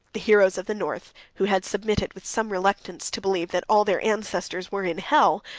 the heroes of the north, who had submitted, with some reluctance, to believe that all their ancestors were in hell,